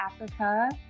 Africa